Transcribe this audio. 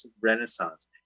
renaissance